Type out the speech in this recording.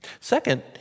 Second